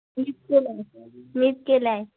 मीच केलाय मीच केलाय